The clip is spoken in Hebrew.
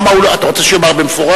אתה רוצה שהוא יאמר במפורש?